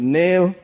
nail